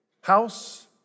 house